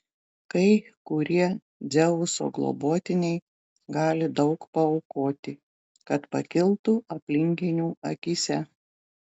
kai kurie dzeuso globotiniai gali daug paaukoti kad pakiltų aplinkinių akyse